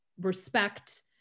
respect